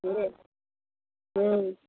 नहि हूँ